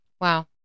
Wow